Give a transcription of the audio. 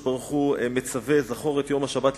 הקדוש-ברוך-הוא מצווה: "זכור את יום השבת לקדשו.